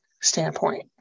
standpoint